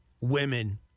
women